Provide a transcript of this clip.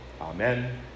Amen